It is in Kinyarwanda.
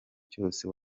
cyose